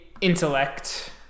intellect